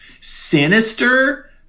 sinister